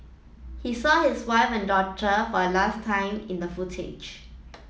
he saw his wife and daughter for a last time in the footage